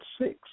six